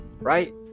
right